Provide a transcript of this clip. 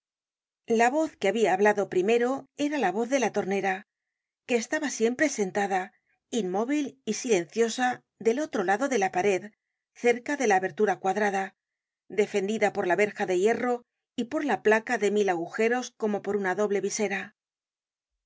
la voz que habia hablado primero era la voz de la tornera que estaba siempre sentada inmóvil y silenciosa del otro lado de la pared cerca de la abertura cuadrada defendida por la verja de hierro y polla placa de mil agujeros como por una doble visera